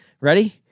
Ready